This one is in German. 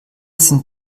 sind